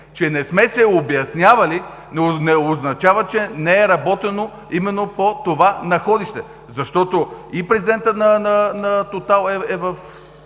че не сме се обяснявали, не означава, че не е работено именно по това находище, защото и президентът на „Тотал“ е